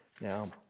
Now